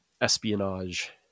espionage